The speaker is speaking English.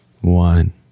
one